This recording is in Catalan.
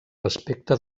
respecte